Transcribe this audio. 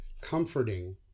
comforting